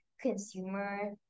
consumer